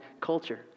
culture